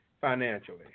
financially